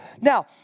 Now